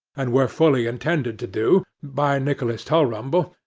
and were fully intended to do, by nicholas tulrumble,